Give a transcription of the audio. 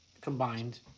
Combined